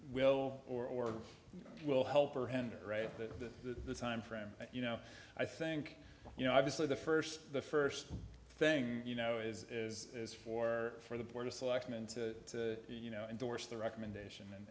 will or will help or hinder the time frame you know i think you know obviously the first the first thing you know is is is for for the board of selectmen to you know endorse the recommendation and